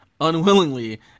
unwillingly